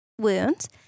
wounds